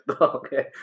Okay